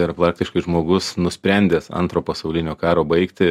yra praktiškai žmogus nusprendęs antro pasaulinio karo baigtį